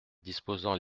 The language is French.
disposant